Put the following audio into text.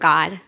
God